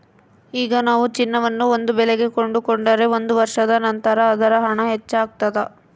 ಈಗ ನಾವು ಚಿನ್ನವನ್ನು ಒಂದು ಬೆಲೆಗೆ ಕೊಂಡುಕೊಂಡರೆ ಒಂದು ವರ್ಷದ ನಂತರ ಅದರ ಹಣ ಹೆಚ್ಚಾಗ್ತಾದ